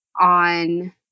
on